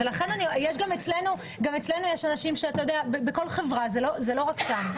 גם אצלנו, בכל חברה, זה לא רק שם.